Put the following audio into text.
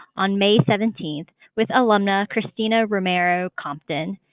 on may seventeen, with alumna cristina romeo compton.